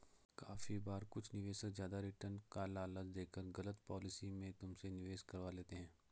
काफी बार कुछ निवेशक ज्यादा रिटर्न का लालच देकर गलत पॉलिसी में तुमसे निवेश करवा लेते हैं